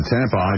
Tampa